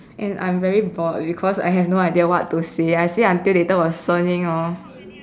and I'm very bored because I have no idea what to say I say until later will 声音 lor